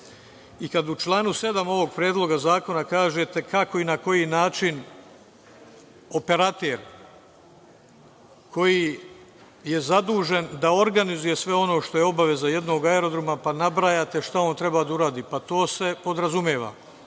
dva. Kada u članu 7. ovog zakona kažete kako i na koji način operater, koji je zadužen da organizuje sve ono što je obaveza jednog aerodroma, pa nabrajate šta on treba da uradi, pa to se podrazumeva.